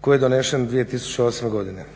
koji je donesen 2008. godine.